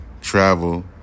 travel